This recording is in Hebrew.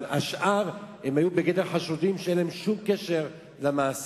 אבל השאר היו בגדר חשודים שלא היה להם שום קשר למעשה.